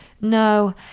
No